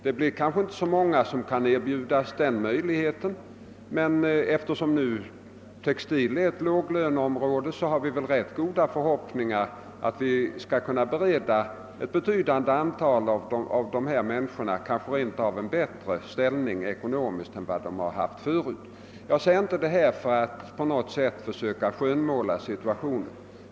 Det blir kanske inte så många som kan erbjudas den möjligheten, men eftersom textilindustrin är ett låglöneområde har vi rätt goda förhoppningar om att kunna bereda ett betydande antal av de människor som drabbas av nedläggningen kanske rent av en bättre ekonomisk ställning än de har haft förut. Jag säger inte detta för att på något sätt försöka skönmåla situationen.